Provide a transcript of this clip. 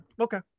Okay